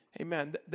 Amen